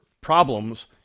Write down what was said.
problems